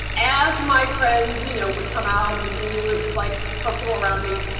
as my friends you know would come out and they knew it was like comfortable around me,